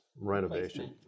renovation